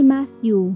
Matthew